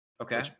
Okay